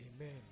Amen